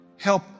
Help